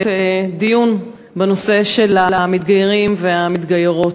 דיון בנושא של המתגיירים והמתגיירות.